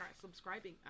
subscribing